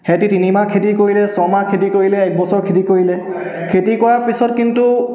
সিহঁতি তিনিমাহ খেতি কৰিলে ছমাহ খেতি কৰিলে এক বছৰ খেতি কৰিলে খেতি কৰাৰ পিছত কিন্তু